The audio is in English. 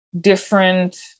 different